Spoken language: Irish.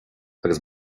agus